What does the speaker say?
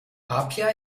apia